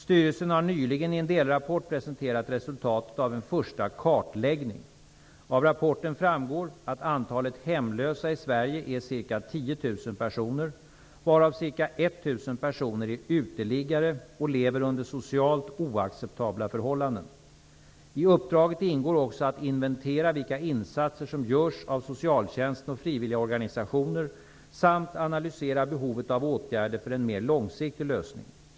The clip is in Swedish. Styrelsen har nyligen i en delrapport presenterat resultatet av en första kartläggning. Av rapporten framgår att antalet hemlösa i Sverige är ca 10 000 personer, varav ca 1 000 personer är uteliggare och lever under socialt oacceptabla förhållanden. I uppdraget ingår också att inventera vilka insatser som görs av socialtjänsten och frivilliga organisationer samt analysera behovet av åtgärder för en mer långsiktig lösning.